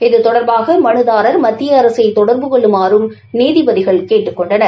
இது தொடர்பாக மனுதாரர் மத்திய அரசை தொடர்பு கொள்ளுமாறும் நீதிபதிகள் கேட்டுக் கொண்டனர்